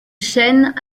chenes